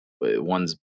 one's